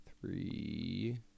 three